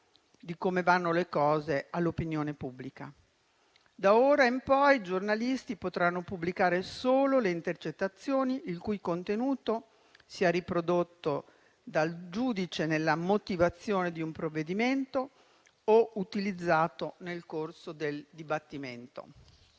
di come vanno le cose. D'ora in poi i giornalisti potranno pubblicare solo le intercettazioni il cui contenuto sia riprodotto dal giudice nella motivazione di un provvedimento o utilizzato nel corso del dibattimento.